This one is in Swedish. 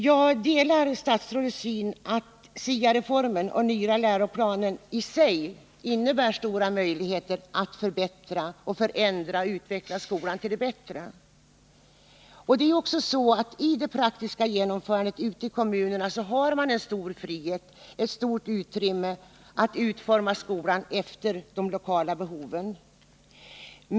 Jag delar statsrådets uppfattning att SIA-reformen och den nya läroplanen isig innebär stora möjligheter att förändra och utveckla skolan till det bättre. Ute i kommunerna har man också vid det praktiska genomförandet stor frihet att utforma skolan efter de lokala behoven.